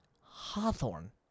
Hawthorne